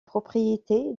propriété